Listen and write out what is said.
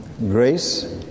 Grace